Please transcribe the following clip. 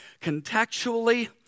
Contextually